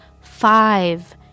Five